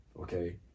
okay